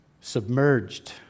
submerged